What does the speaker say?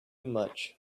much